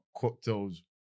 cocktails